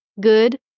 Good